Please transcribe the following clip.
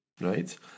right